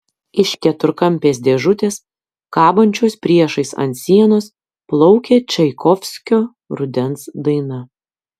iš keturkampės dėžutės kabančios priešais ant sienos plaukė čaikovskio rudens daina